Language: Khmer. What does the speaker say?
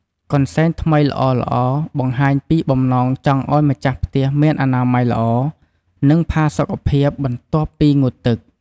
កន្សែងថ្មីល្អៗបង្ហាញពីបំណងចង់ឲ្យម្ចាស់ផ្ទះមានអនាម័យល្អ និងផាសុកភាពបន្ទាប់ពីងូតទឹក។